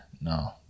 No